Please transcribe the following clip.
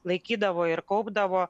laikydavo ir kaupdavo